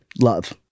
love